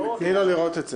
תני לו לראות את זה.